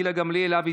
גילה גמליאל,